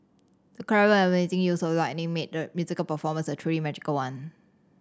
the clever and amazing use of lighting made the musical performance a truly magical one